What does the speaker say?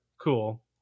Cool